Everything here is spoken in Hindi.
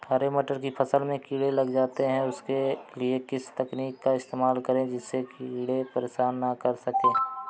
हरे मटर की फसल में कीड़े लग जाते हैं उसके लिए किस तकनीक का इस्तेमाल करें जिससे कीड़े परेशान ना कर सके?